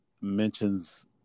mentions